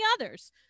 others